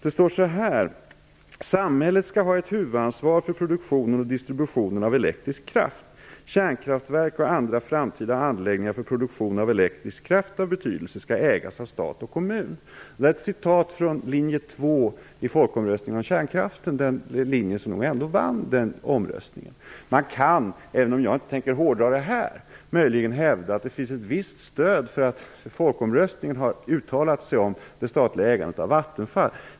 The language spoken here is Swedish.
Det står så här: "Samhället skall ha ett huvudansvar för produktionen och distributionen av elektrisk kraft. Kärnkraftverk och andra framtida anläggningar för produktion av elektrisk kraft av betydelse skall ägas av stat och kommun." Det här är ett citat från linje 2 i folkomröstningen om kärnkraft - den linje som vann. Även om jag inte tänker hårdra det här, kan man möjligen hävda att det finns ett visst stöd för att folkomröstningen gav uttryck för ett statligt ägande av Vattenfall.